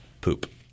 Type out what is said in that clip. poop